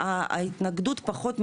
ההתנגדות פחות מרחבית,